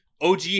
OG